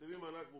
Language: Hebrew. תכתבי מענק מופחת.